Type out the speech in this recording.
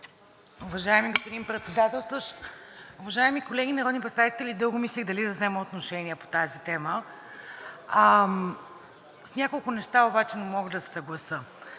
уважаеми колеги народни представители! Дълго мислех дали да взема отношение по тази тема. С няколко неща обаче не мога да се съглася.